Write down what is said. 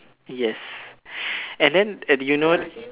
yes and then at the you know